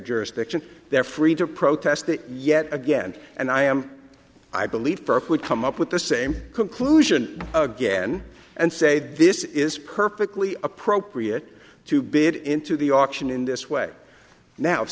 jurisdiction they're free to protest it yet again and i am i believe would come up with the same conclusion again and say this is perfectly appropriate to bid into the auction in this way now if